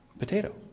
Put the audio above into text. potato